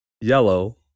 Yellow